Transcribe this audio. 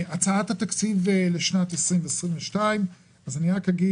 אני חושב